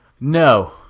No